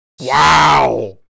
Wow